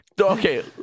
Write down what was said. okay